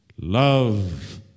love